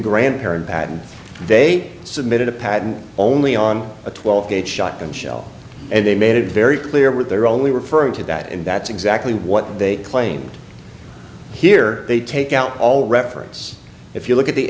grandparent patent they submitted a patent only on a twelve gauge shotgun shell and they made it very clear with their only referring to that and that's exactly what they claimed here they take out all reference if you look at the